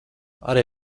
arī